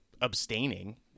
abstaining